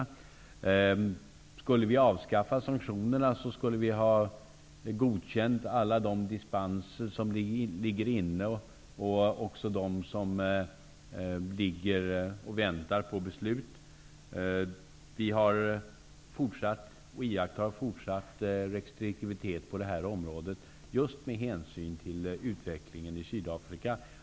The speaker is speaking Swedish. Om vi skulle avskaffa sanktionerna skulle vi godkänna alla de dispenser som har lämnats in och de som ligger och väntar på beslut. Vi iakttar fortsatt restriktivitet på det här området just med hänsyn till utvecklingen i Sydafrika.